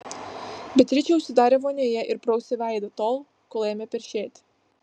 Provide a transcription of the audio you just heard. beatričė užsidarė vonioje ir prausė veidą tol kol ėmė peršėti